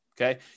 okay